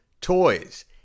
toys